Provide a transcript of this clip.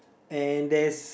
and there's